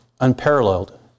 unparalleled